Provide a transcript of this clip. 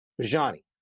Johnny